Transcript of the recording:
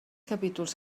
capítols